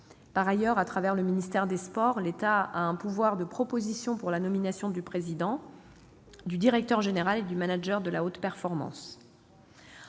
Par ailleurs, à travers le ministre des sports, l'État dispose d'un pouvoir de proposition pour la nomination du président, du directeur général et du manager de la haute performance.